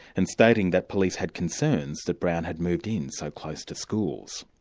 and stating that police had concerns that brown had moved in so close to schools.